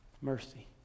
Mercy